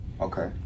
Okay